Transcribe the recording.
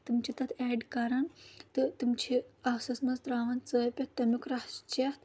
تِم چھِ تَتھ ایٚڈ کران تہٕ تِم چھِ ٲسَس منٛز تراوان ژٲپِتھ تمیُک رَس چیٚتھ